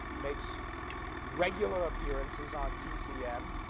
makes regular appearances on tcm.